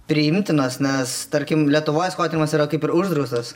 priimtinos nes tarkim lietuvoj skotymas yra kaip ir uždraustas